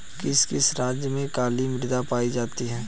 किस किस राज्य में काली मृदा पाई जाती है?